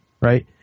right